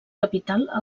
capital